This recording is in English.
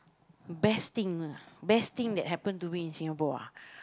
best thing ah best thing that happen to me in Singapore ah